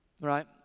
right